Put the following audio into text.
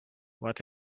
what